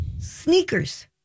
sneakers